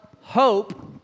hope